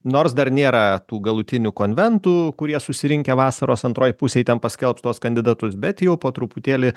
nors dar nėra tų galutinių konventų kurie susirinkę vasaros antroj pusėj ten paskelbs tuos kandidatus bet jau po truputėlį